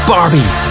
Barbie